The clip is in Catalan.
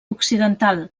occidental